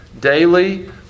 daily